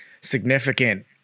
significant